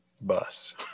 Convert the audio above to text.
bus